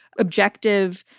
objective,